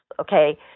okay